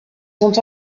sont